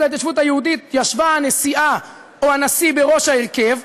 ההתיישבות היהודית ישבה הנשיאה או הנשיא בראש ההרכב,